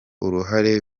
uruhare